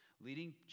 Leading